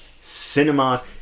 cinemas